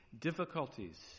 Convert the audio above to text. difficulties